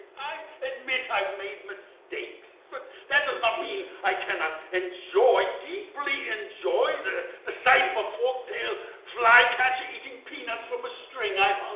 i admit i've made mistakes. but that does not mean i cannot enjoy, deeply enjoy, the the sight of a fork-tailed flycatcher eating peanuts from a string i've